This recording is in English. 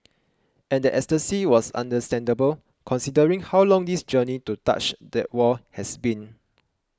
and that ecstasy was understandable considering how long this journey to touch that wall has been